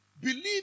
Believe